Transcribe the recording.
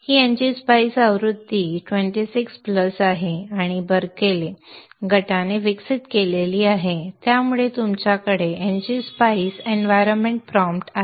ही ngSpice आवृत्ती 26 plus आहे आणि बर्कले CAD संदर्भ वेळ 2004 गटाने विकसित केली आहे त्यानंतर तुमच्याकडे ngSpice एन्व्हायरमेंट प्रॉम्प्ट आहे